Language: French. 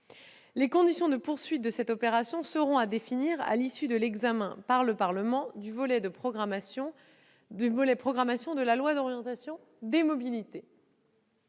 Les conditions de poursuite de cette opération seront à définir à l'issue de l'examen par le Parlement du volet de programmation de la loi d'orientation sur les mobilités.